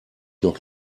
noch